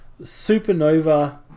Supernova